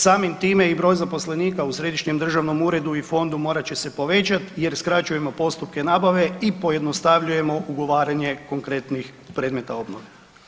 Samim time i broj zaposlenika u Središnjem državnom uredu i Fondu, morat će se povećat jer skraćujemo postupke nabave i pojednostavljujemo ugovaranje konkretnih predmeta obnova.